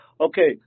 okay